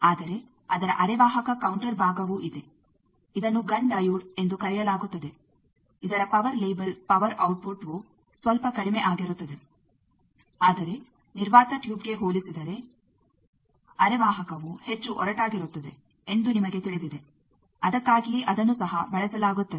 ಆದರೆ ಅದರ ಅರೆವಾಹಕ ಕೌಂಟರ್ ಭಾಗವೂ ಇದೆ ಇದನ್ನು ಗನ್ ಡೈಯೋಡ್ ಎಂದು ಕರೆಯಲಾಗುತ್ತದೆ ಇದರ ಪವರ್ ಲೇಬಲ್ ಪವರ್ ಔಟ್ಪುಟ್ವು ಸ್ವಲ್ಪ ಕಡಿಮೆ ಆಗಿರುತ್ತದೆ ಆದರೆ ನಿರ್ವಾತ ಟ್ಯೂಬ್ಗೆ ಹೋಲಿಸಿದರೆ ಅರೆವಾಹಕವು ಹೆಚ್ಚು ಒರಟಾಗಿರುತ್ತದೆ ಎಂದು ನಿಮಗೆ ತಿಳಿದಿದೆ ಅದಕ್ಕಾಗಿಯೇ ಅದನ್ನು ಸಹ ಬಳಸಲಾಗುತ್ತದೆ